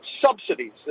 subsidies